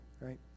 right